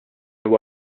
huwa